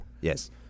Yes